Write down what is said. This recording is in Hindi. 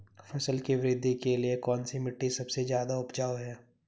फसल की वृद्धि के लिए कौनसी मिट्टी सबसे ज्यादा उपजाऊ है?